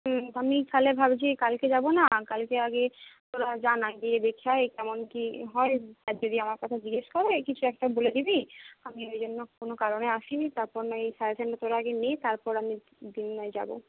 হুম আমি তাহলে ভাবছি কালকে যাব না কালকে আগে তোরা যা না গিয়ে দেখে আয় কেমন কী হয় আর যদি আমার কথা জিজ্ঞাসা করে কিছু একটা বলে দিবি আমি ওই জন্য কোনো কারণে আসিনি তারপর নয় এই সাজেশনটা তোরা আগে নে তারপর আমি দিন নয় যাব